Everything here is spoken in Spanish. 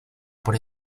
por